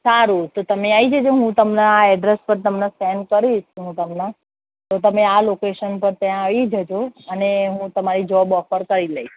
સારું તો તમે આવી જજો હું તમને આ એડ્રેસ પર તમને સેન્ડ કરીશ હું તમને તો તમે આ લોકેશન પર ત્યાં આવી જજો અને હું તમારી જોબ ઓફર કરી લઈશ